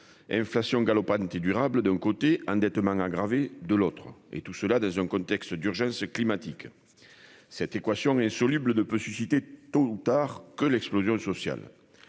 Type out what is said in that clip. inflation galopante qui durable d'un côté endettement aggravé de l'autre et tout cela dans un contexte d'urgence climatique. Cette équation insoluble ne peut susciter tôt ou tard que l'explosion sociale.